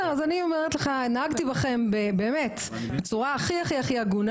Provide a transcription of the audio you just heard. אני אומרת לך, נהגתי בכם בצורה הכי הכי הגונה.